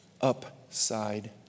upside